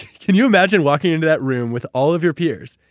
can you imagine walking into that room with all of your peers,